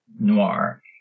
noir